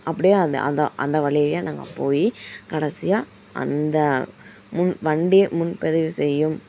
அப்படியே அந் அந்த அந்த வழியே நாங்கள் போய் கடைசியாக அந்த முன் வண்டியை முன்பதிவு செய்யும்